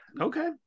Okay